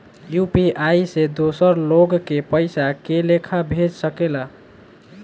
UPI से दोसर लोग के पइसा के लेखा भेज सकेला?